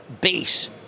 base